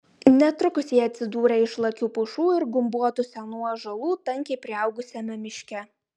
netrukus jie atsidūrė išlakių pušų ir gumbuotų senų ąžuolų tankiai priaugusiame miške